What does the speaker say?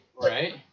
Right